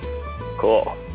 Cool